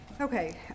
Okay